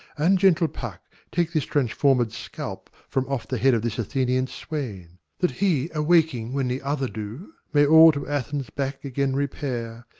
and, gentle puck, take this transformed scalp from off the head of this athenian swain, that he awaking when the other do may all to athens back again repair,